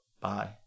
bye